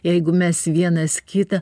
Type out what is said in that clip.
jeigu mes vienas kitą